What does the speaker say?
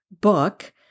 book